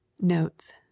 notes